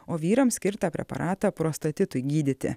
o vyrams skirtą preparatą prostatitui gydyti